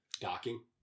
Docking